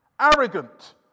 arrogant